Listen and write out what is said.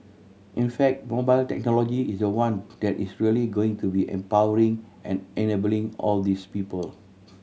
in fact mobile technology is the one that is really going to be empowering and enabling all these people